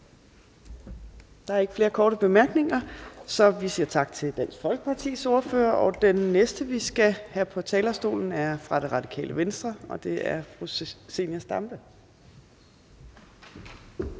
Der er ikke flere korte bemærkninger, så vi siger tak til Dansk Folkepartis ordfører. Den næste, vi skal have på talerstolen, er fra Det Radikale Venstre, og det er fru Zenia Stampe.